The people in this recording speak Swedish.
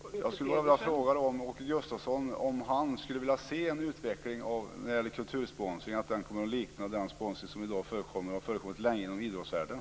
Fru talman! Jag skulle vilja fråga om Åke Gustavsson skulle vilja se en utveckling av kultursponsringen som liknar den sponsring som i dag förekommer och har förekommit länge inom idrottsvärlden.